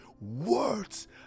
words